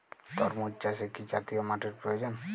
তরমুজ চাষে কি জাতীয় মাটির প্রয়োজন?